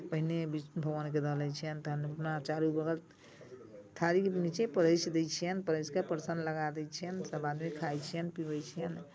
पहिने विष्णु भगवानकेँ दऽ दै छियनि तखन अपना चारू बगल थारीके नीचे परसि दै छियनि परसि कऽ परसन लगा दै छियनि सभआदमी खाइत छियनि पीबै छियनि